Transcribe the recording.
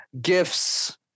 gifts